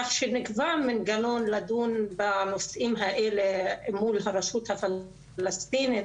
כך שנקבע לדון בנושאים האלה אל מול הרשות הפלסטינית,